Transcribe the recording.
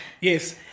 Yes